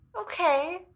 okay